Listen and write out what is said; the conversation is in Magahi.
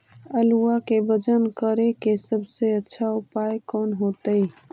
आलुआ के वजन करेके सबसे अच्छा उपाय कौन होतई?